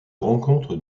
rencontre